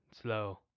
slow